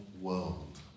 world